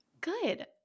Good